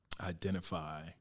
identify